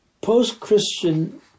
post-Christian